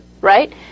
right